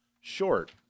short